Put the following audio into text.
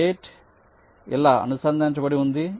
gate ఇలా అనుసంధానించబడి ఉంది